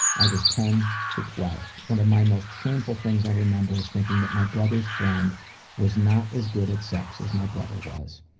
i was ten to twelve. one of my most shameful things i remember is thinking that my brother's friend was not as good at sex as my brother was.